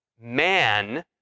man